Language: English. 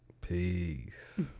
Peace